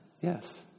Yes